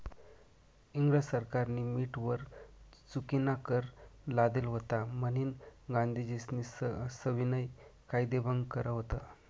इंग्रज सरकारनी मीठवर चुकीनाकर लादेल व्हता म्हनीन गांधीजीस्नी सविनय कायदेभंग कर व्हत